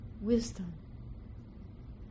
wisdom